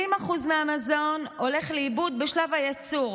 20% מהמזון זה הולכים לאיבוד בשלב הייצור,